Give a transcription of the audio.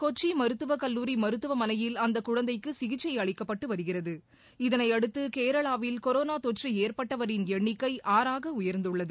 கொச்சிமருத்துவக் கல்லூரி மருத்துவமனையில் அந்தகுழந்தைக்குசிகிச்சைஅளிக்கப்பட்டுவருகிறது இதனையடுத்தகேரளாவில் கொரோனாதொற்றுஏற்பட்டவரின் எண்ணிக்கைஆறாகஉயர்ந்துள்ளது